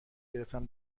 گرفتم